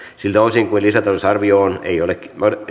siltä osin kuin lisätalousarvioon ei ole